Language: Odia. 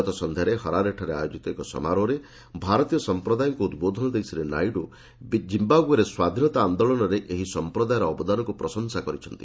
ଗତ ସନ୍ଧ୍ୟାରେ ହରାରେଠାରେ ଆୟୋଜିତ ଏକ ସମାରୋହରେ ଭାରତୀୟ ସମ୍ପ୍ରଦାୟଙ୍କୁ ଉଦ୍ବୋଧନ ଦେଇ ଶ୍ରୀ ନାଇଡୁ ଜିୟାଓ୍ବେର ସ୍ୱାଧୀନତା ଆନ୍ଦୋଳନରେ ଏହି ସମ୍ପ୍ରଦାୟର ଅବଦାନକୁ ପ୍ରଶଂସା କରିଛନ୍ତି